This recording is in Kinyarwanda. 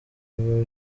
biba